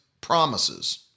promises